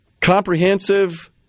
comprehensive